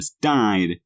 died